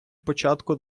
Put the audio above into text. початку